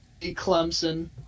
Clemson